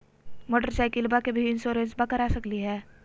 मोटरसाइकिलबा के भी इंसोरेंसबा करा सकलीय है?